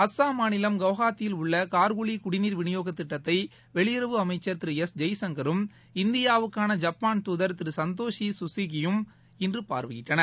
அஸ்ஸாம் மாநிலம் குவஹாத்தியில் உள்ளகார்குலிகுடிநீர் விநியோகத் திட்டத்தைவெளியுறவு அமைச்சர் திரு எஸ் ஜெய்சங்கரும் இந்தியாவுக்காள ஜப்பாள் துதர் திருசத்தோஷிககுகி யும் இன்றுபார்வையிட்டனர்